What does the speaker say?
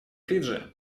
фиджи